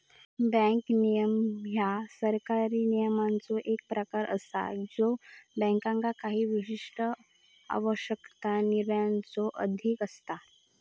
bank नियमन ह्या सरकारी नियमांचो एक प्रकार असा ज्यो बँकांका काही विशिष्ट आवश्यकता, निर्बंधांच्यो अधीन असता